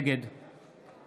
נגד